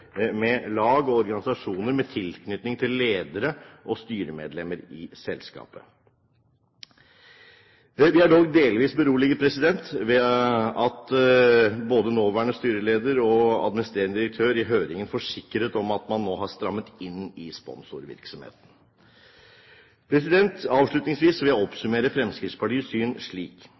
med lag og organisasjoner med tilknytning til ledere og styremedlemmer i selskapet. Vi er dog delvis beroliget ved at både nåværende styreleder og administrerende direktør i høringen forsikret at man nå har strammet inn på sponsorvirksomheten. Avslutningsvis vil jeg oppsummere Fremskrittspartiets syn slik: